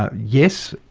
ah yes,